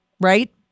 right